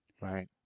Right